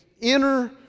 inner